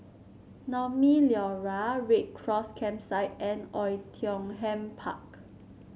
Naumi Liora Red Cross Campsite and Oei Tiong Ham Park